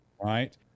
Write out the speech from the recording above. right